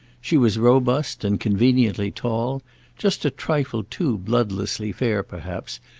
she was robust and conveniently tall just a trifle too bloodlessly fair perhaps,